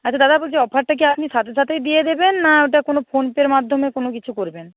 আচ্ছা দাদা বলছি অফারটা কি আপনি সাথে সাথেই দিয়ে দেবেন না ওটা কোনো ফোন পেয়ের মাধ্যমে কোনো কিছু করবেন